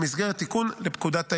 במסגרת תיקון לפקודת העיריות.